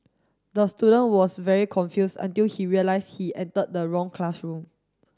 the student was very confuse until he realise he entered the wrong classroom